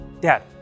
Dad